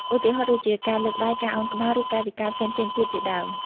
ឧទាហរណ៍ដូចជា ការលើកដៃ ការឱនក្បាល ឬកាយវិការផ្សេងៗទៀតជាដើម។